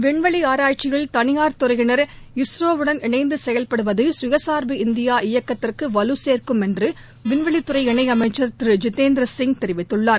விண்வெளி ஆராய்ச்சியில் தனியார் துறையினர் இஸ்ரோவுடன் இணைந்து செயல்படுவது சுயசார்பு இந்தியா இயக்கத்திற்கு வலுசேர்க்கும் என்று விண்வெளித்துறை இணையமைச்சர் திரு ஜஜதேந்திர சிங் தெரிவித்குள்ளார்